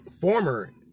former